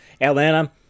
Atlanta